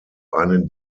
einen